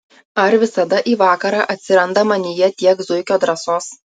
ar visada į vakarą atsiranda manyje tiek zuikio drąsos